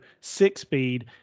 six-speed